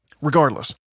Regardless